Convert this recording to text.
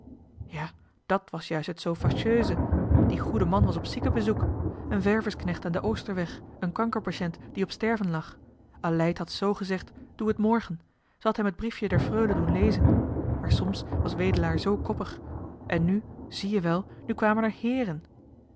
ja dàt was juist het z fâcheuse die goede man was op ziekenbezoek een verversknecht aan den oosterweg een kankerpatient die op sterven lag johan de meester de zonde in het deftige dorp aleid had z gezegd doe het morgen ze had hem het briefje der freule doen lezen maar soms was wedelaar z koppig en nu zie je wel kwamen er hééren